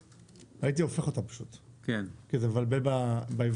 הייתי הופך אותם פשוט כי זה מבלבל בעברית.